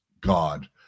God